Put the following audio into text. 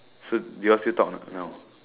so do you all still talk or not now